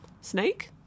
Snake